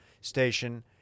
station